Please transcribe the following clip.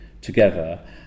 together